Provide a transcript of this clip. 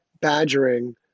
badgering